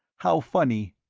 how funny.